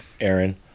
Aaron